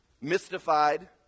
mystified